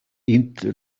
into